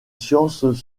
sciences